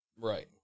Right